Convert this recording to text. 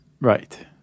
right